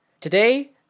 Today